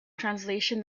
translation